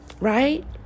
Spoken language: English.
right